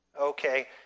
okay